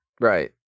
right